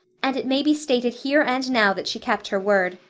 and it may be stated here and now that she kept her word.